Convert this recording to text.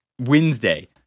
Wednesday